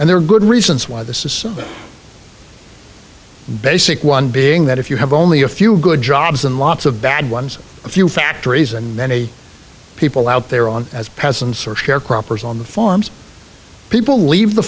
and there are good reasons why this is so basic one being that if you have only a few good jobs and lots of bad ones a few factories and many people out there on as presents are sharecroppers on the farms people leave the